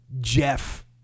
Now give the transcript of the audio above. Jeff